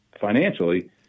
financially